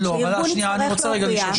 שארגון יצטרך להוכיח.